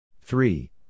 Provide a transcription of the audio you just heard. Three